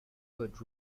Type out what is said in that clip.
good